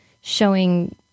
showing